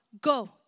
go